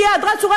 מייד רצו,